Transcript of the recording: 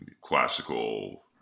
classical